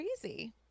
crazy